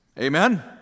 Amen